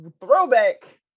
throwback